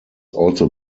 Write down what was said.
also